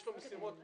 יש לו משימות רבות.